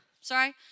sorry